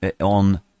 on